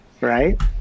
right